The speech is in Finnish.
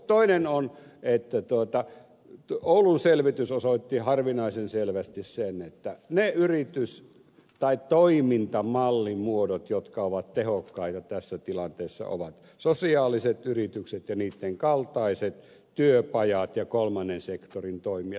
toinen on että oulun selvitys osoitti harvinaisen selvästi sen että ne yritys tai toimintamallimuodot jotka ovat tehokkaita tässä tilanteessa ovat sosiaaliset yritykset ja niitten kaltaiset työpajat ja kolmannen sektorin toimijat